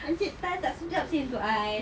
Encik Tan tak sedap seh untuk I